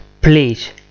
please